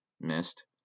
Missed